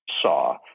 saw